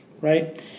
Right